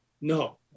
No